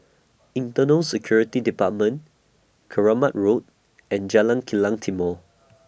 Internal Security department Keramat Road and Jalan Kilang Timor